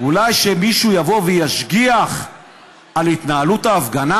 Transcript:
אולי שמישהו יבוא וישגיח על התנהלות ההפגנה?